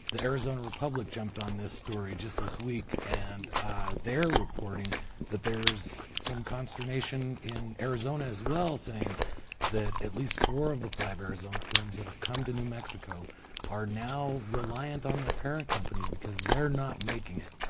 arizona republic jumped on this story just this week, and they're reporting that there's some consternation in arizona as well saying that at least four of the five arizona firms that have come to new mexico are now reliant on their parent companies because they're not making it.